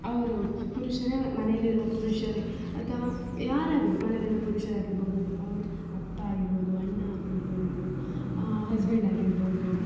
ಅವರು ಪುರುಷರೇ ಮನೆಯಲ್ಲಿರುವ ಪುರುಷರೇ ಅಥವಾ ಯಾರಾದರೂ ಮನೆಯಲ್ಲಿರುವ ಪುರುಷರಾಗಿರ್ಬೋದು ಅವ್ರು ಅಪ್ಪ ಆಗಿರ್ಬೋದು ಅಣ್ಣ ಆಗಿರ್ಬೋದು ಹಸ್ಬೆಂಡಾಗಿರ್ಬೋದು